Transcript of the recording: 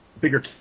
bigger